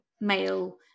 male